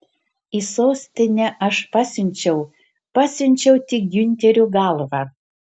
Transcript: į sostinę aš pasiunčiau pasiunčiau tik giunterio galvą